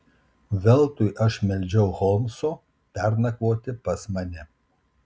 veltui aš meldžiau holmso pernakvoti pas mane